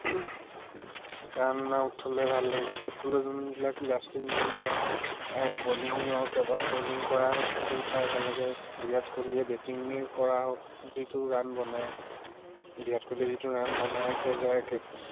run উঠালে ভাল লাগে ক্ৰিকেট খেলৰ যোনবিলাক জাষ্টিন বুমৰা বলিঙৰ কেবা বলিং কৰাটো চাই ভাল লাগে বিৰাট কোহলীয়ে বেটিঙেই কৰা হওক যিটো ৰান বনায় বিৰাট কোহলি যিটো ৰান বনাই থৈ যায়